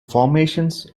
formations